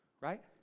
Right